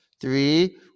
Three